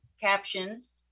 captions